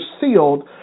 sealed